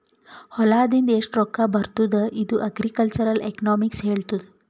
ಹೊಲಾದಿಂದ್ ಎಷ್ಟು ರೊಕ್ಕಾ ಬರ್ತುದ್ ಇದು ಅಗ್ರಿಕಲ್ಚರಲ್ ಎಕನಾಮಿಕ್ಸ್ ಹೆಳ್ತುದ್